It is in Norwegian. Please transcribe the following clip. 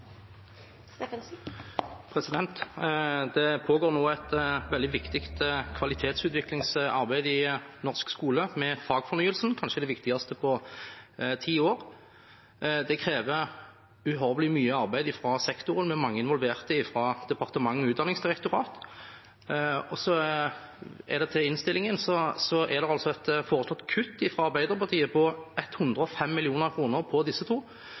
Det pågår nå et veldig viktig kvalitetutviklingsarbeid i norsk skole med fagfornyelsen, kanskje det viktigste på ti år. Det krever uhorvelig mye arbeid fra sektoren, med mange involverte fra departementet og Utdanningsdirektoratet. Når det gjelder innstillingen, er det foreslått kutt fra Arbeiderpartiet på 105 mill. kr på disse to.